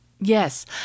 Yes